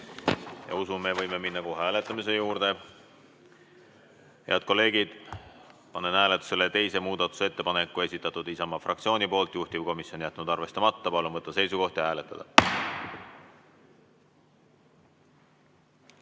Ma usun, me võime minna kohe hääletuse juurde. Head kolleegid, panen hääletusele teise muudatusettepaneku. Esitatud Isamaa fraktsiooni poolt, juhtivkomisjon on jätnud arvestamata. Palun võtta seisukoht ja hääletada!